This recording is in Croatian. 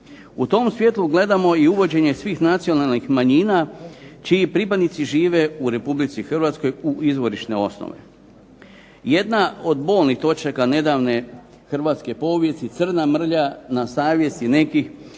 U tom svjetlu gledamo i uvođenje svih nacionalnih manjina čiji pripadnici žive u Republici Hrvatskoj u Izvorišne osnove. Jedna od bolnih točaka nedavne hrvatske povijesti, crna mrlja na savjesti nekih,